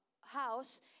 house